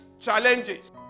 challenges